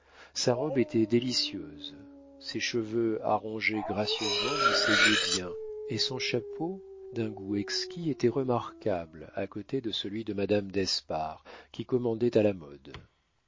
sa robe était délicieuse ses cheveux arrangés gracieusement lui seyaient bien et son chapeau d'un goût exquis était remarquable à côté de celui de madame d'espard qui commandait à la mode